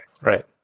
Right